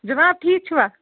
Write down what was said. جِناب ٹھیٖک چھُوا